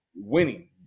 winning